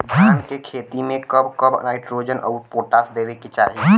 धान के खेती मे कब कब नाइट्रोजन अउर पोटाश देवे के चाही?